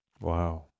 Wow